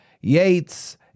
Yates